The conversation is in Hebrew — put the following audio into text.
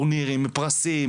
זה ממש נאמר לפני חודש וחצי.